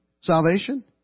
Salvation